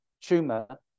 tumor